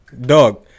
dog